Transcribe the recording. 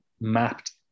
mapped